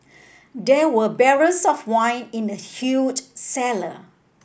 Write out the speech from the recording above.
there were barrels of wine in the huge cellar